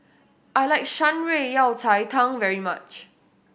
I like Shan Rui Yao Cai Tang very much